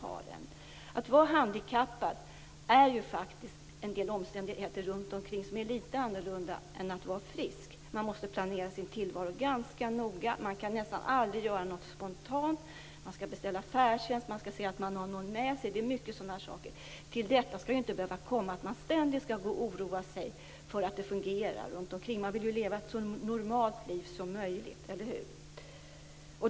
För den som är handikappad är det en del omständigheter runt omkring som är annorlunda än för den som är frisk. Man måste planera sin tillvaro ganska noga. Man kan nästan aldrig göra något spontant. Man skall beställa färdtjänst och se till att ha någon med sig. Det är många sådana saker. Till detta skall inte behöva komma att man ständigt skall gå och oroa sig för om det fungerar runt omkring. Man vill ju leva ett så normalt liv som möjligt - eller hur?